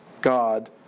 God